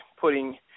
putting